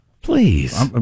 Please